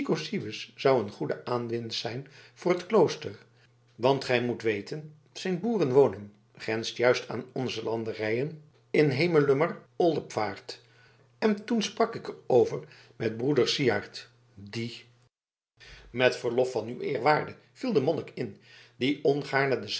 zou een goede aanwinst zijn voor het klooster want gij moet weten zijn boerenwoning grenst juist aan onze landerijen in hemelumer oldephaart en toen sprak ik er over met broeder syard die met verlof van uw eerwaarde viel de monnik in die ongaarne den